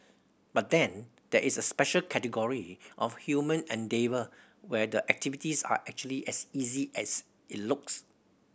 but then there is a special category of human endeavour where the activities are actually as easy as it looks